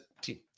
team